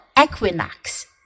equinox